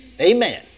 Amen